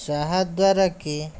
ଯାହାଦ୍ଵାରା କି